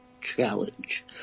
challenge